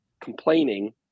complaining